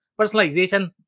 personalization